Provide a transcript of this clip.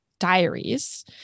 Diaries